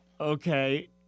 okay